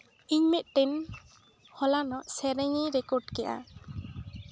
ᱤᱧ ᱢᱤᱫᱴᱮᱱ ᱦᱚᱞᱟᱱᱚᱜ ᱥᱮᱨᱮᱧᱤᱧ ᱨᱮᱠᱚᱨᱰ ᱠᱮᱜᱼᱟ